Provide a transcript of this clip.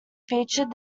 featured